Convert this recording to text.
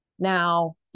Now